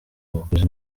abakozi